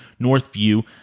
Northview